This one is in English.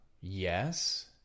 yes